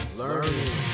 learning